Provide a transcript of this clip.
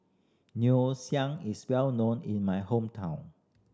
ngoh is well known in my hometown